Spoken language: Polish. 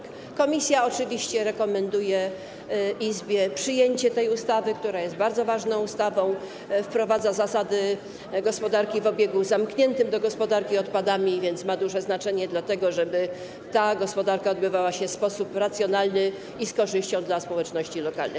Komisja oczywiście rekomenduje Izbie przyjęcie tej ustawy, która jest bardzo ważną ustawą, wprowadza zasady gospodarki w obiegu zamkniętym do gospodarki odpadami, więc ma duże znaczenie dla tego, żeby ta gospodarka odbywała się w sposób racjonalny i z korzyścią dla społeczności lokalnych.